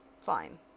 fine